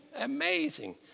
amazing